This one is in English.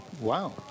Wow